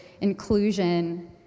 inclusion